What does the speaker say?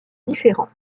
différents